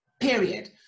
period